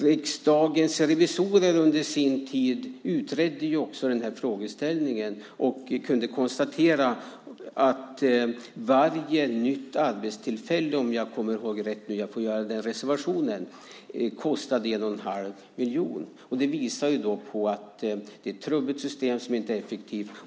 Riksdagens revisorer utredde under sin tid den här frågeställningen och kunde konstatera att varje nytt arbetstillfälle, om jag kommer ihåg rätt - jag får göra den reservationen - kostade 1 1⁄2 miljon. Det visar att det är trubbigt system, som inte är effektivt.